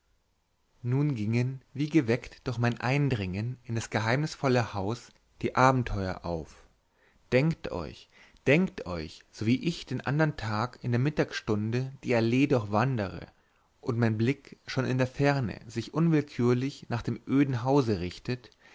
nun gingen wie geweckt durch mein eindringen in das geheimnisvolle haus die abenteuer auf denkt euch denkt euch sowie ich den andern tag in der mittagsstunde die allee durchwandere und mein blick schon in der ferne sich unwillkürlich nach dem öden hause richtet